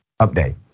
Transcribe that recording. update